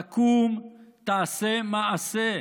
תקום, תעשה מעשה.